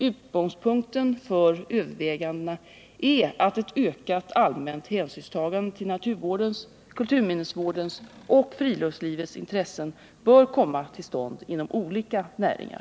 Utgångspunkten för övervägandena är att ett ökat allmänt hänsynstagande till naturvårdens, kulturminnesvårdens och friluftslivets intressen bör komma till stånd inom olika näringar.